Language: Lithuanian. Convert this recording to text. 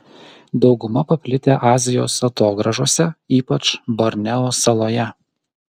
dauguma paplitę azijos atogrąžose ypač borneo saloje